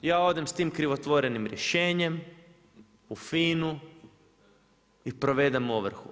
Ja odem s tim krivotvorenim rješenjem u FINA-u i provedem ovrhu.